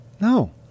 No